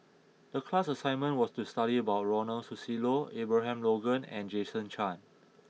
the class assignment was to study about Ronald Susilo Abraham Logan and Jason Chan